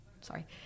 sorry